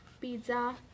Pizza